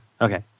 Okay